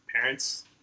parents